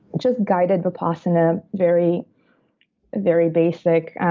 just guided vipassana, very very basic.